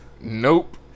Nope